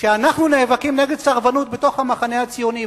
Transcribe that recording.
כשאנחנו נאבקים נגד סרבנות בתוך המחנה הציוני,